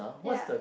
ya